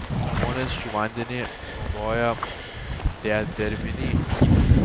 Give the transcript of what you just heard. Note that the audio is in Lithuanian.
žmonės šį vandenį naudoja dedervinei gydyti